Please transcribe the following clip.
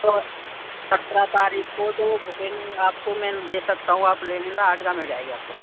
तो सतरह तारीख़ को तो बुकिंग आप को मैं दे सकता हूँ आप ले लेना आठ का मिल जाएगी आप को